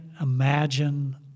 imagine